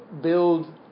build